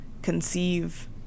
conceive